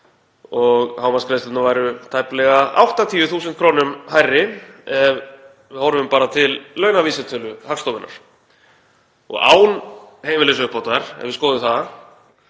Hámarksgreiðslurnar væru tæplega 80.000 kr. hærri ef við horfum bara til launavísitölu Hagstofunnar. Og án heimilisuppbótar, ef við skoðum það,